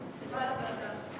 סליחה על הבלגן.